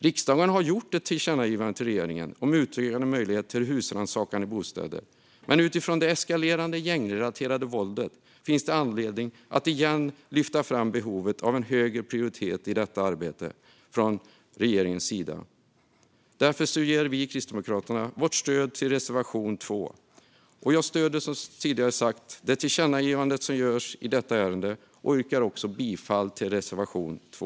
Riksdagen har gjort ett tillkännagivande till regeringen om utökade möjligheter till husrannsakan i bostäder, men med tanke på det eskalerande gängrelaterade våldet finns det anledning att igen lyfta fram behovet av en högre prioritet för detta arbete från regeringens sida. Därför ger vi i Kristdemokraterna vårt stöd till reservation 2. Jag stöder, som jag har sagt tidigare, det förslag till tillkännagivande som läggs fram i detta ärende, och jag yrkar bifall till reservation 2.